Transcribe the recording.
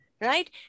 Right